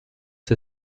der